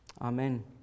Amen